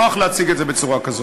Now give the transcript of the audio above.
נוח להציג את זה בצורה כזאת.